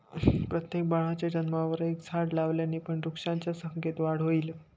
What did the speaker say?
प्रत्येक बाळाच्या जन्मावर एक झाड लावल्याने पण वृक्षांच्या संख्येत वाढ होईल